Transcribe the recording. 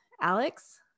Alex